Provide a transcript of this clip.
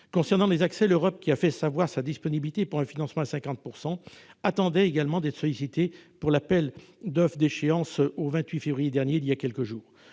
Concernant les accès, l'Europe, qui a fait savoir sa disponibilité pour un financement à 50 %, attendait également d'être sollicitée pour l'appel d'offres arrivé à échéance il y a quelques jours.